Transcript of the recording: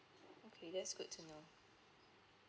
okay that's good to know